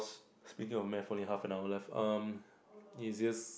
speaker for mad for an half an hour left um easiest